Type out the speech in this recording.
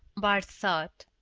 bart thought.